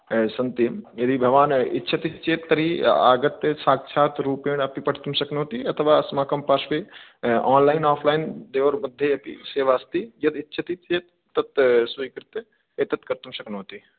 सन्ति यदि भवान् इच्छति चेत् तर्हि आगत्य साक्षात् रूपेण अपि पठितुं शक्नोति अथवा अस्माकं पार्श्वे आन्लैन् आफ्लैन् द्वर्योर्मध्ये अपि सेवा अस्ति यद् इच्छति चेत् तत् स्वीकृत्य एतत् कर्तुं शक्नोति